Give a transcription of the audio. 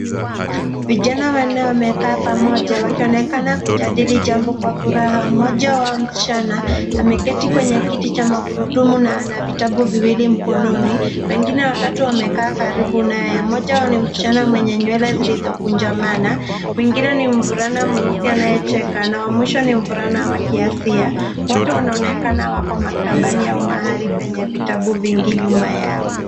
Vijana wanne wamekaa pamoja wakionekana kujadili jambo kwa furaha. Mmoja wao msichana ameketi kwenye kiti cha magurudumu na ana vitabu viwili mkononi. Wengine watatu wamekaa karibu naye. Mmoja wao ni msichana mwenye nywele zilizokunjamana. Mwingine ni mvulana mweusi anayecheka na wa mwisho ni mvulana wa kiafya. Wote wanaonekana wako maktabani au mahali penye vitabu vingi nyuma yao.